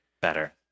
better